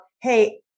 hey